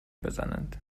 بزنند